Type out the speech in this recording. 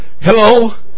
Hello